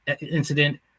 incident